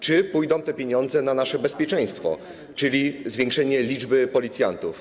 Czy pójdą te pieniądze na nasze bezpieczeństwo, czyli zwiększenie liczby policjantów?